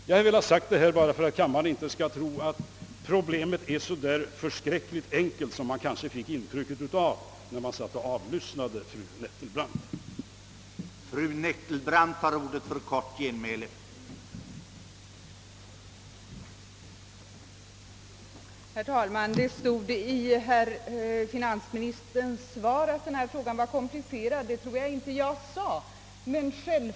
Jag har velat framhålla detta för att kammaren icke skall tro att problemet är så enkelt som man kanske kunde få ett intryck av när man lyssnade på fru Nettelbrandts framställning.